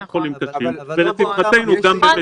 גם בחולים קשים, ולשמחתנו גם במתים.